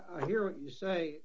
i hear you say